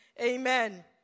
Amen